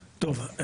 טוב,